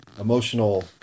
emotional